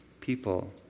People